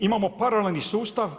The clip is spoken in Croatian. I imamo paralelni sustav.